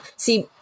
See